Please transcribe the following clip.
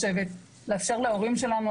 לאפשר להורים שלנו,